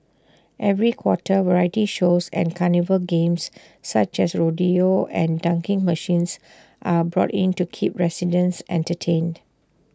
every quarter variety shows and carnival games such as rodeo and dunking machines are brought in to keep residents entertained